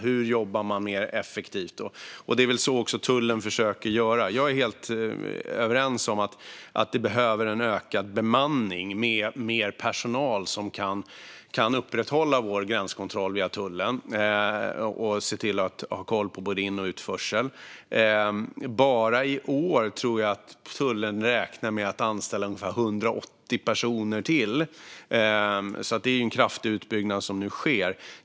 Hur jobbar man mer effektivt? Det är väl också så tullen försöker göra. Jag är helt överens med interpellanten om att vi behöver en ökad bemanning, med mer personal som kan upprätthålla vår gränskontroll via tullen och se till att ha koll på både in och utförsel. Bara i år tror jag att tullen räknar med att anställa ungefär 180 personer till, så det är en kraftig utbyggnad som nu sker.